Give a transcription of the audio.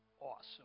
awesome